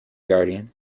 guardian